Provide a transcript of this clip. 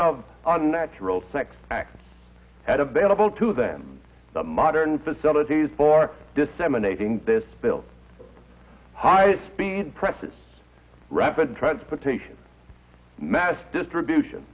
of unnatural sex acts had available to them the modern facilities for disseminating this build high speed presses rapid transportation mass distribution